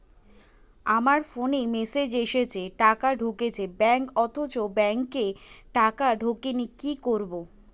আমার ফোনে মেসেজ এসেছে টাকা ঢুকেছে ব্যাঙ্কে অথচ ব্যাংকে টাকা ঢোকেনি কি করবো?